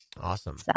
Awesome